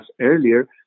earlier